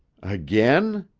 again?